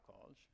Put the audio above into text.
college